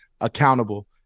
accountable